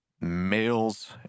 males